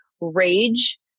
rage